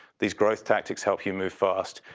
these growth tactics help you move fast.